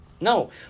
No